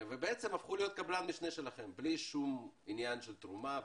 בעצם הם הפכו להיות קבלן משנה שלכם בלי שום עניין של תרומה.